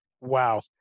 Wow